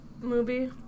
movie